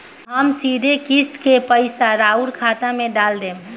हम सीधे किस्त के पइसा राउर खाता में डाल देम?